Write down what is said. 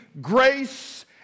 grace